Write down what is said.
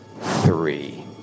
three